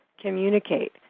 communicate